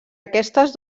aquestes